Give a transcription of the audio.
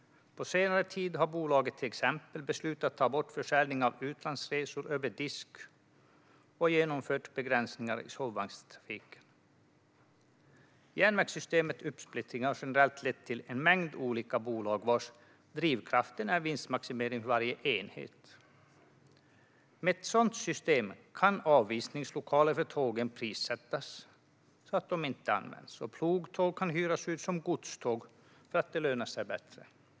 På senare tid har bolaget till exempel beslutat att ta bort försäljning av utlandsresor över disk och genomfört begränsningar i sovvagnstrafiken. Järnvägssystemets uppsplittring har generellt lett till att vi har fått en mängd olika bolag vars drivkraft är vinstmaximering för varje enhet. Med ett sådant system kan avisningslokaler för tågen prissättas så att de inte används, och plogtåg kan hyras ut som godståg för att det lönar sig bättre.